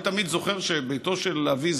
אני תמיד זוכר שביתו של אבי,